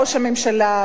ראש הממשלה,